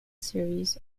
series